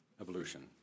evolution